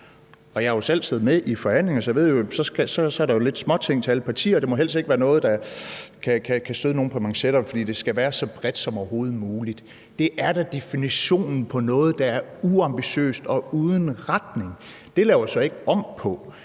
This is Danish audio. jeg har jo selv siddet med i forhandlingerne, så jeg ved, at så er der lidt småting til alle partier. Der må helst ikke være noget, der kan støde nogen på manchetterne, fordi det skal være så bredt som overhovedet muligt. Det er da definitionen på noget, der er uambitiøst og uden retning. Det laver så ikke om på,